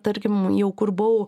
tarkim jau kur buvau